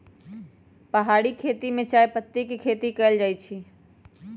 पहारि खेती में चायपत्ती के खेती कएल जाइ छै